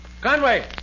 Conway